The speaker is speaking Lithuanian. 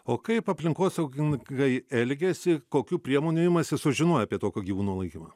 o kaip aplinkosaugininkai elgiasi kokių priemonių imasi sužinoję apie tokio gyvūno laikymą